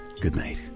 goodnight